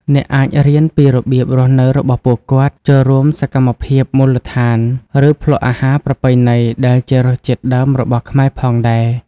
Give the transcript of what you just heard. អ្នកអាចរៀនពីរបៀបរស់នៅរបស់ពួកគាត់ ចូលរួមសកម្មភាពមូលដ្ឋាន ឬភ្លក្សអាហារប្រពៃណីដែលជារសជាតិដើមរបស់ខ្មែរផងដែរ។